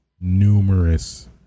numerous